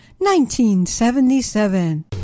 1977